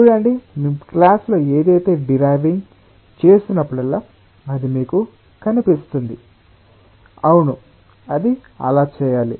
చూడండి మేము క్లాసులో ఏదైనా ఉత్పన్నం చేస్తున్నప్పుడల్లా అది మీకు కనిపిస్తుంది అవును అది అలా చేయాలి